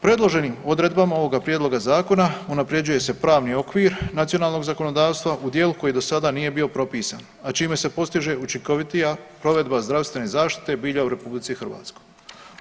Predloženim odredbama ovoga prijedloga zakona unapređuje se pravni okvir nacionalnog zakonodavstva u dijelu koji do sada nije bio propisan, a čime se postiže učinkovitija provedba zdravstvene zaštite bilja u Republici Hrvatskoj.